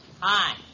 Hi